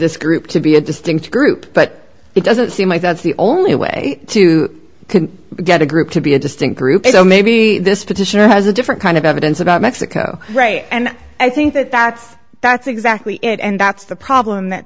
this group to be a distinct group but it doesn't seem like that's the only way to get a group to be a distinct group you know maybe this petition has a different kind of evidence about mexico right and i think that that's that's exactly it and that's the problem that